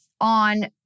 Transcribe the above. on